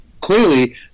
clearly